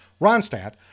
Ronstadt